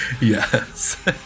Yes